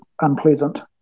unpleasant